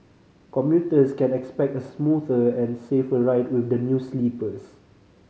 commuters can expect a smoother and safer ride with the new sleepers